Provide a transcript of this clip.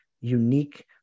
unique